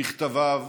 בכתביו,